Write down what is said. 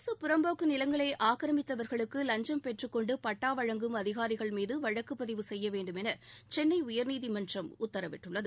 அரசு புறம்போக்கு நிலங்களை ஆக்கிரமித்தவா்களுக்கு லஞ்சம் பெற்றுக்கொண்டு பட்டா வழங்கும் அதிகாரிகள் மீது வழக்கு பதிவு செய்ய வேண்டும் என சென்னை உயா்நீதிமன்றம் உத்தரவிட்டுள்ளது